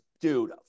dude